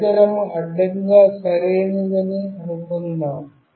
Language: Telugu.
పరికరం అడ్డంగా సరైనదని అనుకుందాం